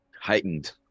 heightened